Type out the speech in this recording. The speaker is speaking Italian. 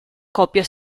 coppia